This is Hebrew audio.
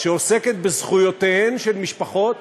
שעוסקת בזכויותיהן של משפחות